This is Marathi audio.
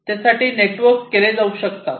यासाठी नेटवर्क केले जाऊ शकतात